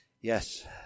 yes